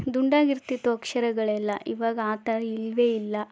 ದುಂಡಾಗಿರ್ತಿತ್ತು ಅಕ್ಷರಗಳೆಲ್ಲ ಈವಾಗ ಆ ಥರ ಇಲ್ಲವೇ ಇಲ್ಲ